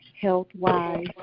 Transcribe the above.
health-wise